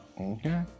Okay